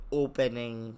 opening